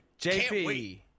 JP